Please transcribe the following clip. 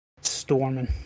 Storming